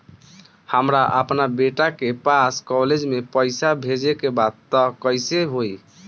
हमरा अपना बेटा के पास कॉलेज में पइसा बेजे के बा त कइसे होई?